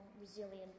resilient